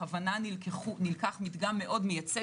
בכוונה נלקח מדגם מאוד מייצג